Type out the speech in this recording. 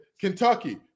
Kentucky